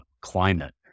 climate